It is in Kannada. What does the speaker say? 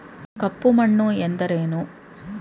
ಕಪ್ಪು ಮಣ್ಣು ಎಂದರೇನು?